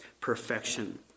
perfection